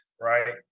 right